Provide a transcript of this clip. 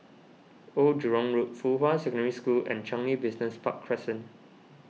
Old Jurong Road Fuhua Secondary School and Changi Business Park Crescent